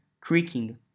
creaking